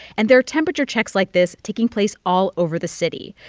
and there are temperature checks like this taking place all over the city.